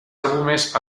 álbumes